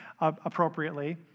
appropriately